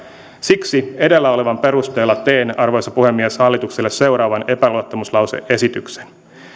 siksi edellä olevan perusteella teen arvoisa puhemies hallitukselle seuraavan epäluottamuslause esityksen